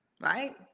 right